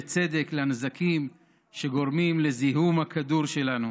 בצדק, מהנזקים שגורמים לזיהום הכדור שלנו,